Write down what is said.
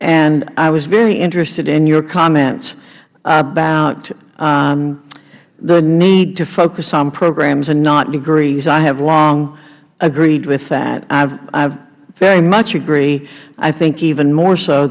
and i was very interested in your comments about the need to focus on programs and not degrees i have long agreed with that i very much agree i think even more so